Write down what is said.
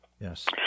Yes